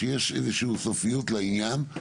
שיש איזושהי סופיות לעניין,